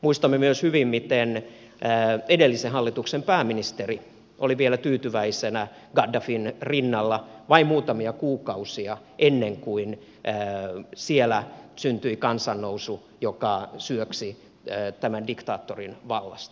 muistamme myös hyvin miten edellisen hallituksen pääministeri oli vielä tyytyväisenä gaddafin rinnalla vain muutamia kuukausia ennen kuin siellä syntyi kansannousu joka syöksi tämän diktaattorin vallasta